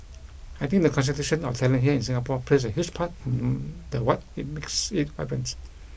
I think the concentration of talent here in Singapore plays a huge part the what makes it vibrant